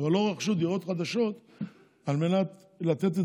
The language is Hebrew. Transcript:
אבל לא רכשו דירות חדשות על מנת לתת את